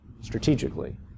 strategically